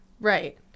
Right